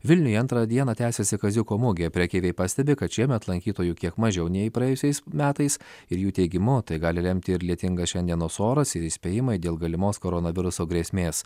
vilniuje antrą dieną tęsiasi kaziuko mugėje prekeiviai pastebi kad šiemet lankytojų kiek mažiau nei praėjusiais metais ir jų teigimu tai gali lemti ir lietingas šiandienos oras ir įspėjimai dėl galimos koronaviruso grėsmės